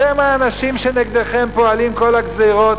אתם האנשים שנגדכם פועלות כל הגזירות,